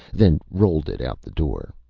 then rolled it out the door.